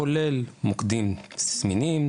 כולל מוקדים זמינים,